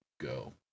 Go